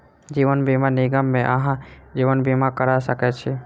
जीवन बीमा निगम मे अहाँ जीवन बीमा करा सकै छी